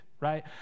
right